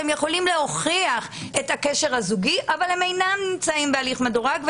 שהם יכולים להוכיח את הקשר הזוגי אבל הם אינם נמצאים בהליך מדורג.